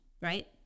right